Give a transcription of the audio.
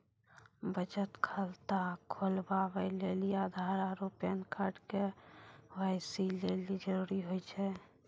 बचत खाता खोलबाबै लेली आधार आरू पैन कार्ड के.वाइ.सी लेली जरूरी होय छै